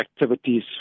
activities